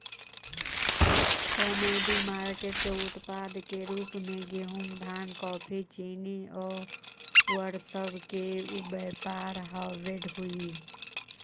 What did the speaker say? commodity market के उत्पाद के रूप में गेहूं धान कॉफी चीनी औउर सब के व्यापार होवऽ हई